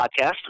podcast